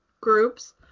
groups